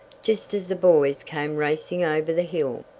just as the boys came racing over the hill.